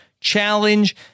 Challenge